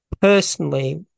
personally